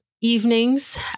evenings